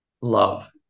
love